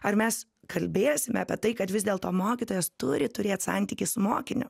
ar mes kalbėsime apie tai kad vis dėlto mokytojas turi turėt santykį su mokiniu